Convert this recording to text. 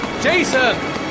Jason